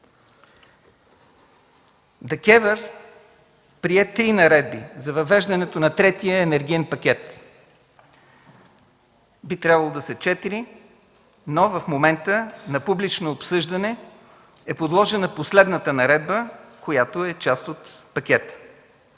прие три наредби за въвеждането на Третия енергиен пакет. Би трябвало да са четири, но в момента на публично обсъждане е подложена последната наредба, която е част от пакета.